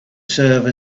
serve